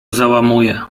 załamuje